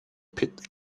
pit